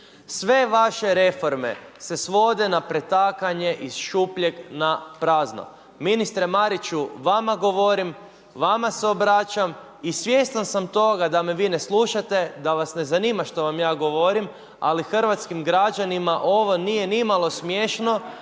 Sve vaše reforme, se svode na pretakanje iz šupljeg na prazno. Ministre Mariću, vama govorim, vama se obraćam i svjestan sam toga da me vi ne slušate, da vas ne zanima što vam ja govorim, ali hrvatskim građanima ovo nije nimalo smiješno,